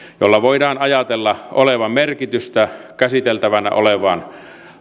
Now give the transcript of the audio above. jolla voidaan ajatella olevan merkitystä käsiteltävänä olevan